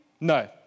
No